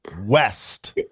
West